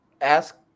ask